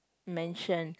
mentioned